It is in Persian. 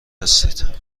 هستید